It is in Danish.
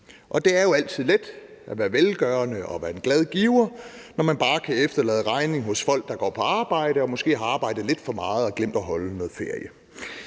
Det er jo altid let at være velgørende og være en glad giver, når man bare kan efterlade regningen hos folk, der går på arbejde og måske har arbejdet lidt for meget og glemt at holde noget ferie.